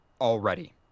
already